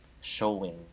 showing